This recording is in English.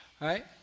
right